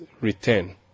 return